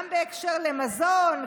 גם בהקשר למזון,